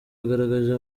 bigaragaje